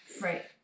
Right